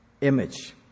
image